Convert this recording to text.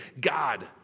God